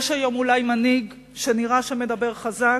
יש היום אולי מנהיג שנראה שמדבר חזק,